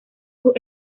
sus